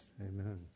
Amen